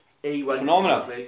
phenomenal